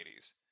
1980s